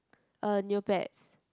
uh Neopets